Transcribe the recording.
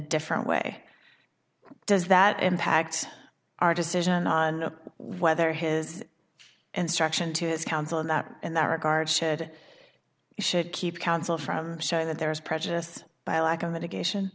different way does that impact our decision on whether his instruction to his counsel and in that regard should should keep counsel from showing that there was prejudiced by a lack of mitigation